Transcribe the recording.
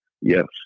Yes